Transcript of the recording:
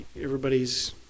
everybody's